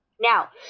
Now